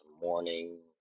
morning